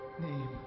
name